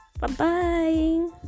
Bye-bye